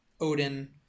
Odin